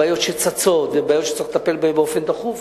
הבעיות שצצות והבעיות שצריך לטפל בהן באופן דחוף.